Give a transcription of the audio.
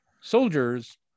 soldiers